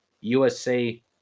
USA